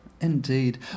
indeed